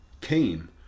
came